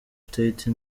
state